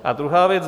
A druhá věc.